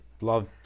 Love